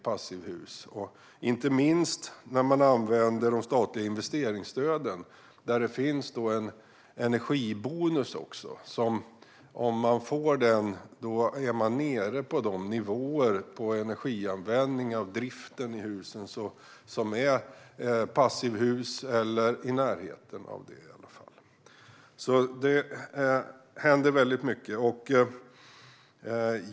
Det gäller inte minst när man använder de statliga investeringsstöden. I dem finns en energibonus som gör att man, om man får den, är nere på de nivåer vad gäller energianvändning vid driften av husen som gör att det räknas som passivhus eller något i närheten av det. Det händer alltså mycket.